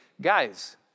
guys